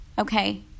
okay